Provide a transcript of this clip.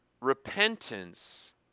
repentance